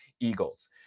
eagles